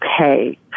okay